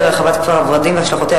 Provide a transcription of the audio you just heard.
יהיה דיון בוועדת החינוך, ואז ייפלו החלטות.